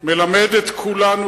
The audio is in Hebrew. מלמד את כולנו